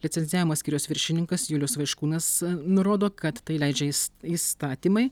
licencijavimo skyriaus viršininkas julius vaiškūnas nurodo kad tai leidžia įstatymai